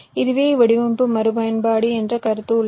இதுவே வடிவமைப்பு மறுபயன்பாடு என்ற கருத்து உள்ளது